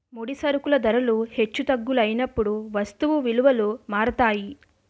ముడి సరుకుల ధరలు హెచ్చు తగ్గులైనప్పుడు వస్తువు విలువలు మారుతాయి